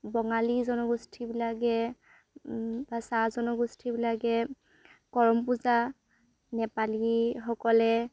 বঙালী জনগোষ্ঠীবিলাকে বা চাহ জনগোষ্ঠীবিলাকে কৰম পূজা নেপালীসকলে